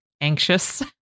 anxious